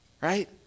Right